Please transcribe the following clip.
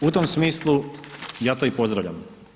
U tom smislu ja to i pozdravljam.